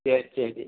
சரி சரி